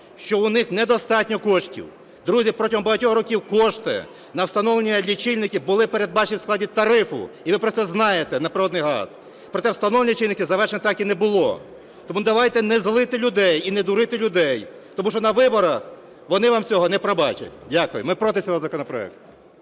що у них недостатньо коштів. Друзі, протягом багатьох років кошти на встановлення лічильників були передбачені в складі тарифу, і ви про це знаєте, на природний газ. Проте встановлення лічильників завершено так і не було. Тому давайте не злити людей і не дурити людей, тому що на виборах вони вам цього не пробачать. Дякую. Ми проти цього законопроекту.